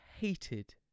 hated